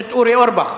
חבר הכנסת אורי אורבך.